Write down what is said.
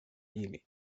ili